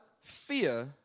fear